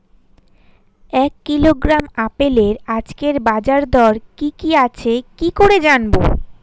এক কিলোগ্রাম আপেলের আজকের বাজার দর কি কি আছে কি করে জানবো?